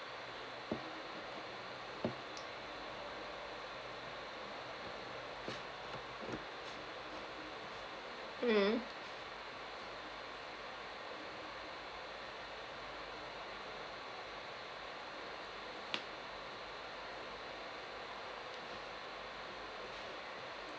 mm